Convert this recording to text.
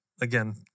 again